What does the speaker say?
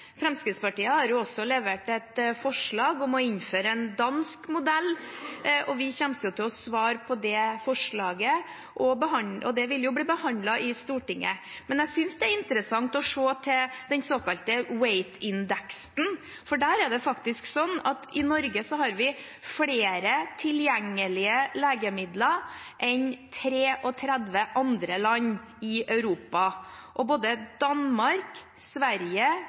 Fremskrittspartiet har også levert et forslag om å innføre en dansk modell. Vi kommer til å svare på det forslaget, og det vil bli behandlet i Stortinget. Jeg synes det er interessant å se til den såkalte WAIT-indeksen. Der er det faktisk sånn at i Norge har vi flere tilgjengelige legemidler enn 33 andre land i Europa, og både Danmark, Sverige,